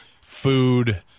food